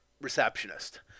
receptionist